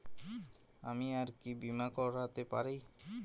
আমি আর কি বীমা করাতে পারি?